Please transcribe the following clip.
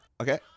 Okay